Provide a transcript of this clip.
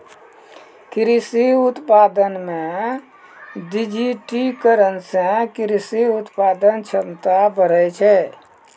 कृषि उत्पादन मे डिजिटिकरण से कृषि उत्पादन क्षमता बढ़ै छै